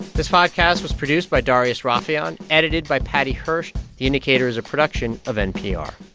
this podcast was produced by darius rafieyan, edited by paddy hirsch. the indicator is a production of npr